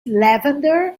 lavender